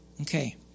Okay